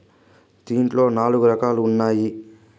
దీంట్లో నాలుగు రకాలుగా ఉన్నాయి